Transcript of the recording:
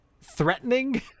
threatening